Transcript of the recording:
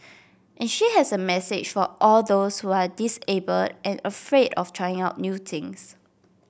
and she has a message for all those who are disabled and afraid of trying out new things